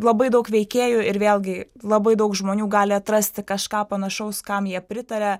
labai daug veikėjų ir vėlgi labai daug žmonių gali atrasti kažką panašaus kam jie pritaria